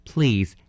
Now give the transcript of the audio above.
Please